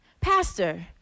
pastor